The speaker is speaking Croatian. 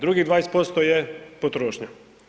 Drugi 20% je potrošnja.